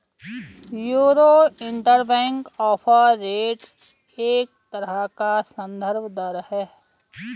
euro interbank offer rate एक तरह का सन्दर्भ दर है